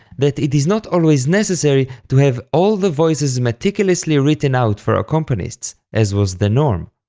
that it is not always necessary to have all the voices meticulously written out for accompanists, as was the norm.